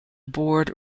board